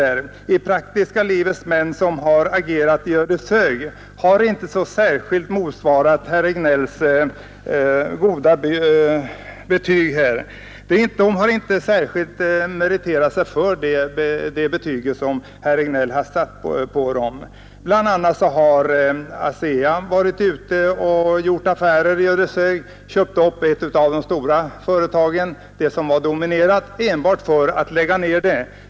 Det praktiska livets män som har agerat i Ödeshög har inte särskilt meriterat sig för det höga betyg som herr Regnéll har satt här. Bl. a. har ASEA köpt upp ett av de stora företagen — det dominerande i Ödeshög — enbart för att lägga ner det.